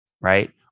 right